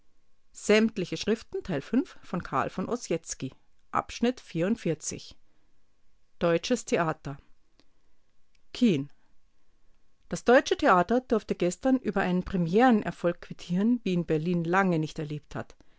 deutsches theater kean das deutsche theater durfte gestern über einen premierenerfolg quittieren wie ihn berlin lange nicht erlebt hat